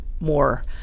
more